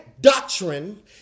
doctrine